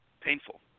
painful